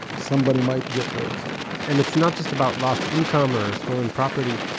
somebody might get hurt and it's not just about lost income or stolen property.